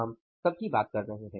हम सबकी बात कर रहे हैं